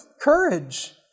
courage